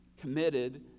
committed